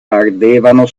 ardevano